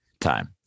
time